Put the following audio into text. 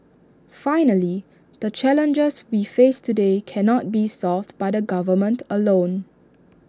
finally the challenges we face today cannot be solved by the government alone